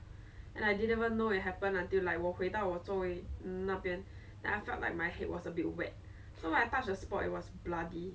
!wah! I tell you that was a very scary later the teachers came then like I remember my my my teacher primary side faster take the primary primary side children away